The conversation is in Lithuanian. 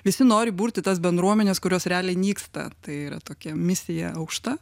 visi nori burti tas bendruomenes kurios realiai nyksta tai yra tokia misija aukšta